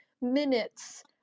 minutes